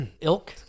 ilk